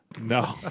No